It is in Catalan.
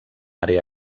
àrea